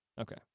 Okay